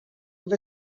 with